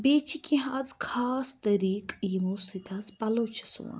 بیٚیہِ چھِ کیٚنٛہہ آز خاص طٔریقہٕ یِمو سۭتۍ آزٕ پَلو چھِ سُوان